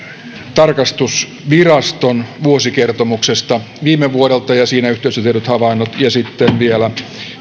tarkastusviraston vuosikertomuksesta viime vuodelta ja siinä yhteydessä tehdyt havainnot ja sitten vielä